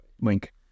link